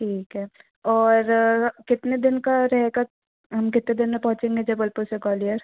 ठीक है और कितने दिन का रहेगा हम कितने दिन में पहोचेंगे जबलपुर से ग्वालियर